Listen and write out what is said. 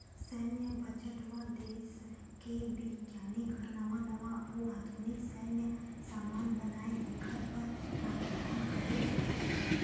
सैन्य बजट म देस के बिग्यानिक ह नवा नवा अउ आधुनिक सैन्य समान बनाए तेखर बर प्रावधान करे जाथे